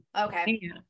okay